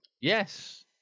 Yes